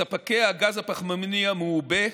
ספקי הגז הפחמימני המעובה,